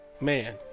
Man